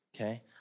okay